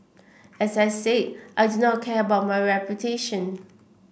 as I said I do not care about my reputation